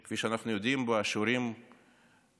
שכפי שאנחנו יודעים, הצביעו בשיעורים גבוהים